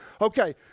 Okay